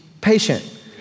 patient